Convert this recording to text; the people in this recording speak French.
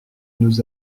nous